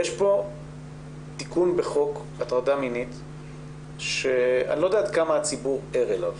יש כאן תיקון בחוק הטרדה מינית שאני לא יודע עד כמה הציבור ער אליו